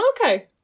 Okay